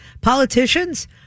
Politicians